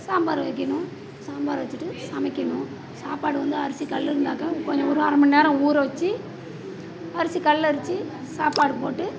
சாம்பார் வைக்கணும் சாம்பார் வச்சுட்டு சமைக்கணும் சாப்பாடு வந்து அரிசி கல் இருந்தாக்கா கொஞ்சம் ஒரு அரமணி நேரம் ஊறவச்சு அரிசி கல்லரித்து சாப்பாடு போட்டு